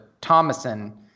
Thomason